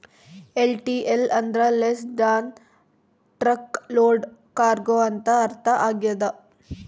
LTL ಅಂದ್ರ less than truck load cargo ಅಂತ ಅರ್ಥ ಆಗ್ಯದ